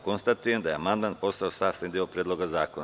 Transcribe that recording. Konstatujem da je amandman postao sastavni deo Predloga zakona.